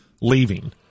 leaving